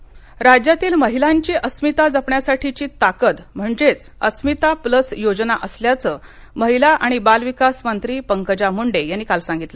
अस्मिता राज्यातील महिलांची अस्मिता जपण्यासाठीची ताकद म्हणजेच अस्मिता प्लस योजना असल्याचं महिला आणि बालविकासमंत्री पंकजा मूंडे यांनी काल सांगितलं